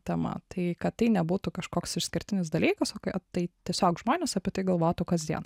tema tai kad tai nebūtų kažkoks išskirtinis dalykas o kad tai tiesiog žmonės apie tai galvotų kasdien